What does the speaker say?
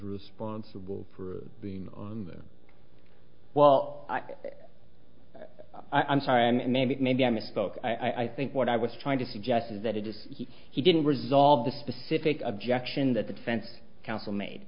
responsible for being on them well i'm sorry and maybe maybe i misspoke i think what i was trying to suggest is that it is he didn't resolve the specific objection that the defense counsel made